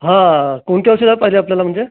हां कोणतं सिरप पाहिजे आपल्याला म्हणजे